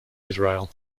israel